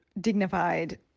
dignified